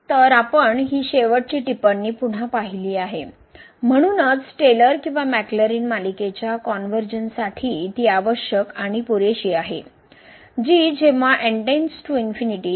तर आपण ही शेवटची टिप्पणी पुन्हा पाहिली आहे म्हणूनच टेलर किंवा मॅक्लॅरिन मालिकेच्या कॉन्व्हर्जन्स साठी ती आवश्यक आणि पुरेशी आहे जी आहे